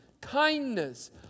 kindness